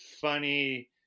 funny